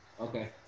okay